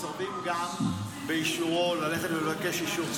מסרבים גם ללכת לבקש אישור,